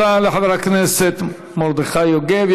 תודה לחבר הכנסת מרדכי יוגב.